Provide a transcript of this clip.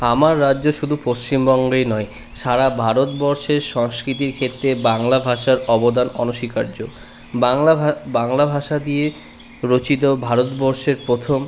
আমার রাজ্য শুধু পশ্চিমবঙ্গই নয় সারা ভারতবর্ষের সংস্কৃতির ক্ষেত্রে বাংলা ভাষার অবদান অনস্বীকার্য বাংলা ভা বাংলা ভাষা দিয়ে রচিত ভারতবর্ষের প্রথম